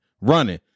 Running